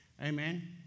Amen